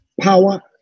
power